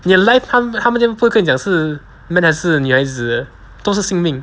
你的 lifetime 他们不会跟你讲是 man 还是女孩子都是性命